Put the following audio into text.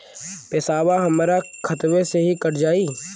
पेसावा हमरा खतवे से ही कट जाई?